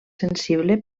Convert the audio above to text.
sensible